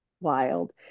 wild